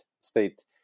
state